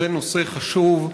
זה נושא חשוב.